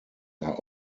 are